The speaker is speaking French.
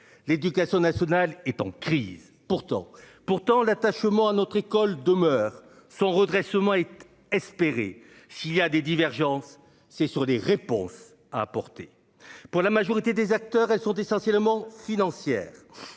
L'éducation nationale est en crise. Pourtant pourtant l'attachement à notre école demeure son redressement et espérer s'il y a des divergences. C'est sur des réponses à apporter pour la majorité des acteurs et sont essentiellement financières.